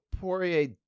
Poirier